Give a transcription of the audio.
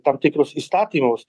tam tikrus įstatymus